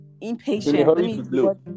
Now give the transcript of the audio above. impatient